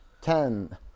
ten